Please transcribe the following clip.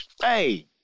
hey